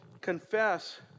confess